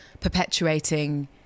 perpetuating